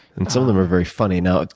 and some of them are very funny. now,